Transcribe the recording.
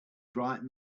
bright